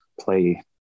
play